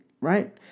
right